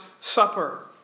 supper